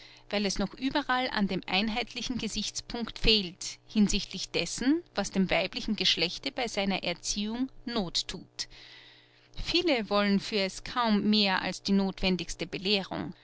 weil es noch überall an dem einheitlichen gesichtspunkt fehlt hinsichtlich dessen was dem weiblichen geschlechte bei seiner erziehung noth thut viele wollen für es kaum mehr als die nothwendigste belehrung